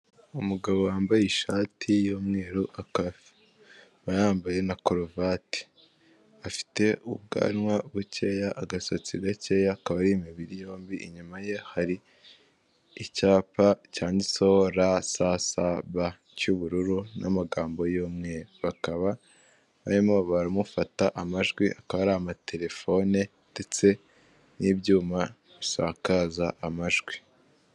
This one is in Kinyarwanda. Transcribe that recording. Umugabo wambaye ishati y'umweru akaba yambaye na korovati, afite ubwanwa bukeya, agasatsi gakeya, akaba ari imibiri yombi, inyuma ye hari icyapa cyanditseho rasasaba cy'ubururu n'amagambo y'umweru, bakaba barimo baramufata amajwi, akaba ari amatelefone ndetse n'ibyuma bisakaza amajwi.